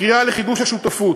קריאה לחידוש השותפות.